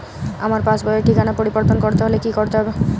আমার পাসবই র ঠিকানা পরিবর্তন করতে হলে কী করতে হবে?